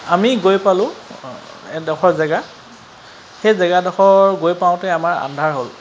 আমি গৈ পালোঁ এডোখৰ জেগা সেই জেগাডোখৰ গৈ পাওঁতে আমাৰ আন্ধাৰ হ'ল